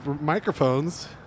microphones